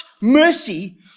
mercy